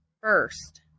first